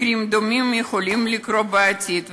מקרים דומים יכולים לקרות בעתיד,